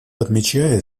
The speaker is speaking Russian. отмечает